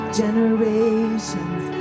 generations